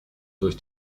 durch